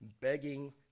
begging